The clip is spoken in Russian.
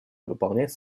выполнять